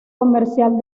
comercial